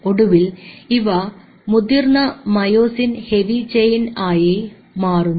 ഒടുവിൽ ഇവ മുതിർന്ന മയോസിൻ ഹെവി ചെയിൻ ആയി മാറുന്നു